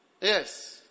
Yes